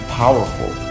powerful